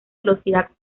velocidad